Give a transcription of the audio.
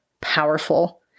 powerful